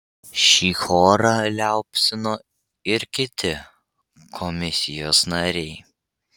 šį chorą liaupsino ir kiti komisijos nariai